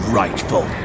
rightful